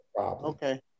okay